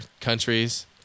countries